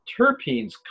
terpenes